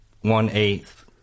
one-eighth